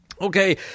Okay